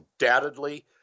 undoubtedly